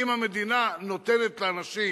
אם המדינה נותנת לאנשים